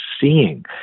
seeing